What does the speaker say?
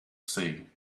see